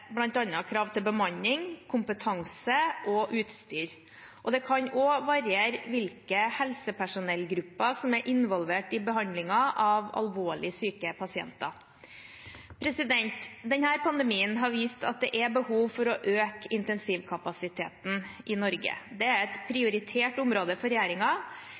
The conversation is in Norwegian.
krav til bemanning, kompetanse og utstyr. Det kan også variere hvilke helsepersonellgrupper som er involvert i behandlingen av alvorlig syke pasienter. Denne pandemien har vist at det er behov for å øke intensivkapasiteten i Norge. Det er et prioritert område for